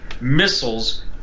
missiles